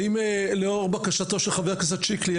לאור בקשתו של חבר הכנסת שיקלי,